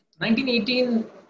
1918